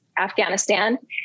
Afghanistan